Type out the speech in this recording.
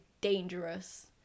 dangerous